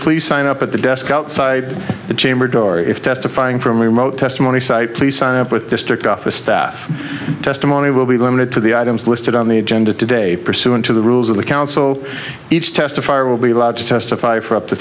please sign up at the desk outside the chamber door if testifying from remote testimony site please sign up with district office staff testimony will be limited to the items listed on the agenda today pursuant to the rules of the counsel each testify will be allowed to testify for up to